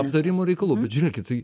aptarimo reikalų bet žiūrėkit tai